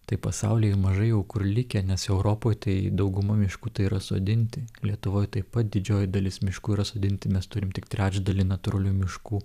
tai pasaulyje mažai jau kur likę nes europoj tai dauguma miškų tai yra sodinti lietuvoj taip pat didžioji dalis miškų yra sodinti mes turim tik trečdalį natūralių miškų